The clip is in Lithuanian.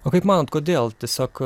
o kaip manot kodėl tiesiog